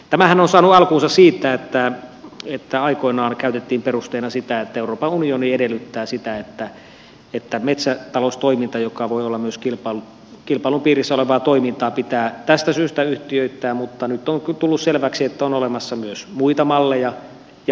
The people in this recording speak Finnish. tämähän on saanut alkunsa siitä että aikoinaan käytettiin perusteena sitä että euroopan unioni edellyttää sitä että metsätaloustoiminta joka voi olla myös kilpailun piirissä olevaa toimintaa pitää tästä syystä yhtiöittää mutta nyt on tullut selväksi että on olemassa myös muita malleja ja parempia malleja vielä